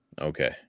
Okay